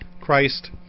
Christ